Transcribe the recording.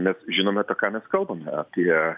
mes žinome apie ką mes kalbame apie